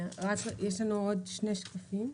יש לנו עוד שני שקפים.